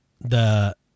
The-